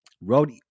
road